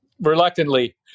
reluctantly